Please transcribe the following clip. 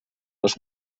les